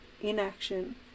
inaction